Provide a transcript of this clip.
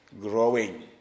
growing